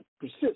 persist